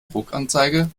druckanzeige